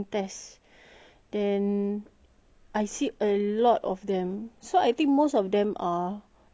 I see a lot of them so I think most of them are you know they took up that job to just to